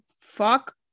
fuck